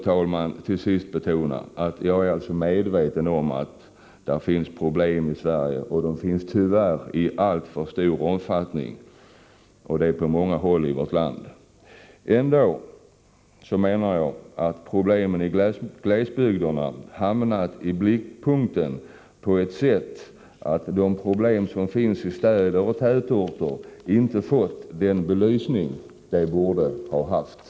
Jag vill till sist betona att jag är medveten om att problem finns på många håll i vårt land och det i tyvärr alltför stor omfattning. Ändå anser jag att problemen i glesbygderna hamnat i blickpunkten på ett sådant sätt att problemen i städer och tätorter inte fått den belysning som de borde ha fått.